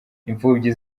imfubyi